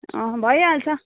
अँ भइहाल्छ